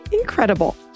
incredible